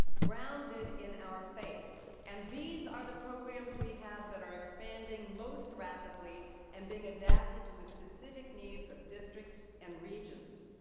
grounded in our faith and these are the programs we have that are expanding most rapidly and being adapted to the specific needs of districts and regions.